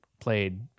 played